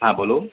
હા બોલો